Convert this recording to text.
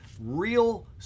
real